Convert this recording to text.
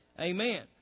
Amen